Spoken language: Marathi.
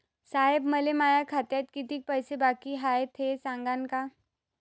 साहेब, मले माया खात्यात कितीक पैसे बाकी हाय, ते सांगान का?